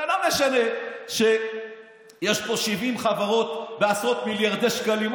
ולא משנה שיש פה 70 חברות בעשרות מיליארדי שקלים.